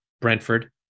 Brentford